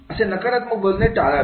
असे नकारात्मक बोलणे टाळावे